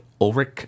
Ulrich